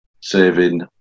saving